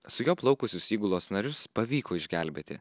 su juo plaukusius įgulos narius pavyko išgelbėti